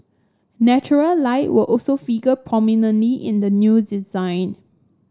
natural light will also figure prominently in the new design